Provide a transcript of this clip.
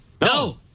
no